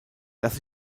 dass